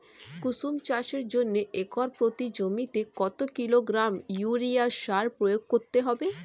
কুসুম চাষের জন্য একর প্রতি জমিতে কত কিলোগ্রাম ইউরিয়া সার প্রয়োগ করতে হবে?